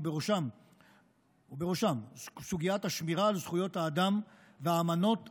ובראשם סוגיית השמירה על זכויות האדם והאמנות הבין-לאומיות.